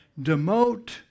Demote